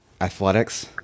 athletics